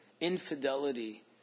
Infidelity